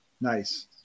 nice